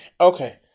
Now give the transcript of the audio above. okay